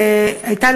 הייתה,